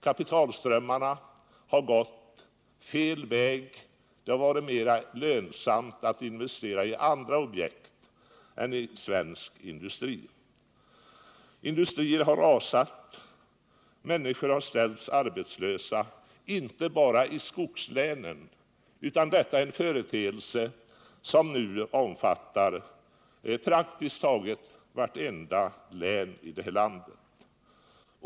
Kapitalströmmarna har gått fel väg. Det har varit mera lönsamt att investera i andra objekt än svensk industri. Industrier har rasat, människor har ställts arbetslösa, inte bara i skogslänen utan det är en företeelse som nu omfattar praktiskt taget vartenda län i landet.